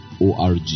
org